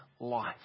life